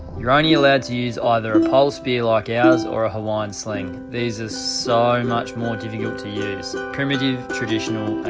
you're only allowed to use either a pole spear, like ours, or a hawaiian sling. this is so much more difficult to use, primitive, traditional